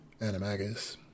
animagus